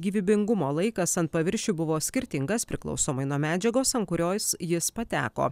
gyvybingumo laikas ant paviršių buvo skirtingas priklausomai nuo medžiagos ant kurios jis pateko